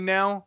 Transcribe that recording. now